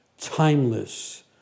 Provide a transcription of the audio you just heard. timeless